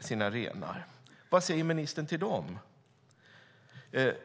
sina renar. Vad säger ministern till dem?